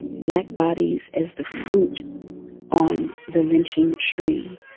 black bodies as the fruit on the lynching tree.